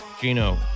Gino